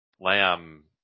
Lamb